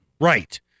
Right